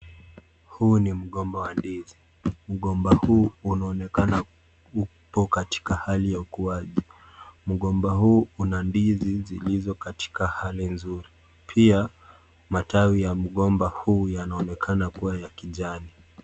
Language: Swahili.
Huu ni gomba wa ndizi, mgomba huu unaonekana upo katika hali ya ukuaji, mgomba huu una ndizi zilizo katika hali nzuri pia matawi ya mgomba huu yanaonekana kuwa ya kijani.